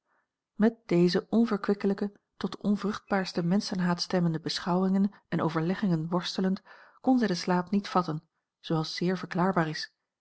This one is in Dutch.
met deze onverkwikkelijke tot den onvruchtbaarsten menschenhaat stemmende beschouwingen en overleggingen worstelend kon zij den slaap niet vatten zooals zeer verklaarbaar is